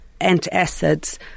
antacids